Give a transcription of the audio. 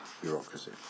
bureaucracy